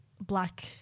black